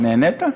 נהנית?